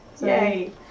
Yay